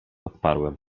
odparłem